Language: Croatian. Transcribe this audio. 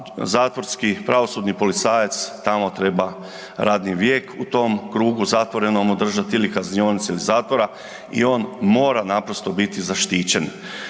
zatvorski pravosudni policajac tamo treba radni vijek u tom krugu zatvorenom održati ili kaznionici zatvora i on mora naprosto biti zaštićen.